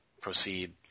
proceed